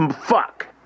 Fuck